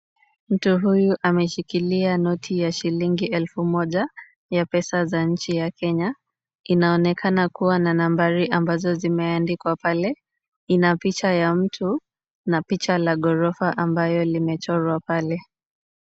Mtu huyu ameshikilia noti ya shilingi elfu moja ya pesa za nchi ya Kenya, inaonekana kuwa na nambari ambazo zimeandikwa pale, ina picha ya mtu na picha la ghorofa ambayo limechorwa pale.